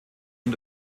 und